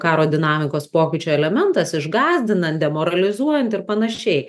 karo dinamikos pokyčių elementas išgąsdinant demoralizuojant ir panašiai